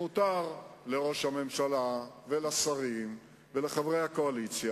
אדוני היושב-ראש, חברי חברי הכנסת,